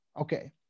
okay